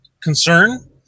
concern